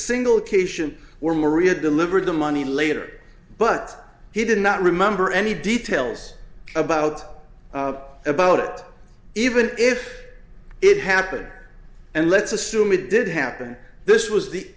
single occasion where maria delivered the money later but he did not remember any details about about it even if it happened and let's assume it did happen this was the